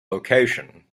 location